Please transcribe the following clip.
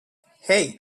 hey